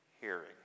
hearing